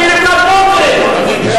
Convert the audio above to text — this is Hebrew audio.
רוצים לבנות בונקרים.